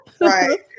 right